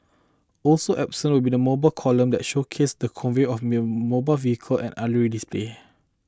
also absent will be the mobile column that showcase the convoy of vehicle and aerial display